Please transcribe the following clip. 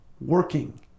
working